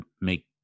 make